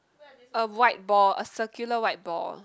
a white ball a circular white ball